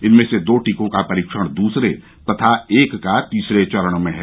इनमें से दो टीकों का परीक्षण द्सरे तथा एक का तीसरे चरण में है